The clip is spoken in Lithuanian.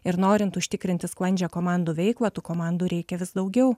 ir norint užtikrinti sklandžią komandų veiklą tų komandų reikia vis daugiau